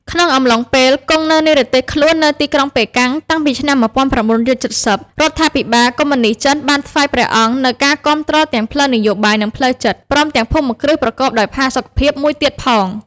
ក្នុងអំឡុងពេលគង់នៅនិរទេសខ្លួននៅទីក្រុងប៉េកាំងតាំងពីឆ្នាំ ១៩៧០ រដ្ឋាភិបាលកុម្មុយនីស្តចិនបានថ្វាយព្រះអង្គនូវការគាំទ្រទាំងផ្លូវនយោបាយ និងផ្លូវចិត្ត ព្រមទាំងភូមិគ្រឹះប្រកបដោយផាសុកភាពមួយទៀតផង។